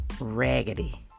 raggedy